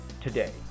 today